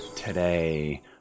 Today